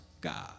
God